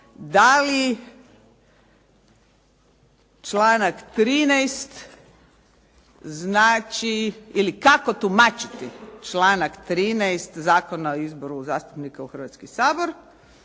da li članak 13. znači ili kako tumačiti članak 13. Zakona o izboru zastupnika u Hrvatski sabor